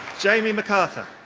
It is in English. jamie macarthur.